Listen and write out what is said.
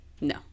No